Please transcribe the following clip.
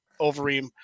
Overeem